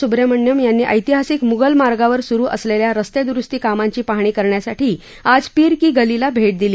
सुब्रह्मण्यम यांनी ऐतिहासिक मुघल मार्गावर सुरू असलख्खा रस्त्विरुस्ती कामांची पाहणी करण्यासाठी आज पीर की गलीला भेटादिली